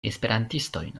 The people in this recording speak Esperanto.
esperantistojn